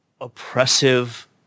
oppressive